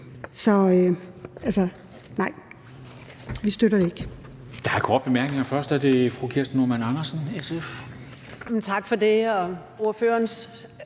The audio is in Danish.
Så nej, vi støtter ikke.